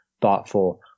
thoughtful